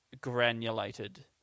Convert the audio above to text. granulated